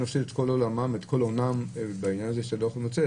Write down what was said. להפסיד את כל עולמם ואת כל הונם כי הם לא יוכלו לצאת